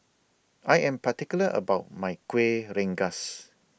I Am particular about My Kueh Rengas